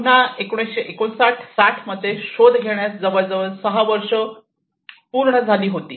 पुन्हा 1959 60 मध्ये शोध घेण्यास जवळजवळ 6 वर्षे पूर्ण होती